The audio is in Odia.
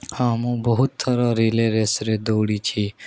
ହଁ ମୁଁ ବହୁତ ଥର ରାଲି ରେସରେ ଦୌଡ଼ିଛି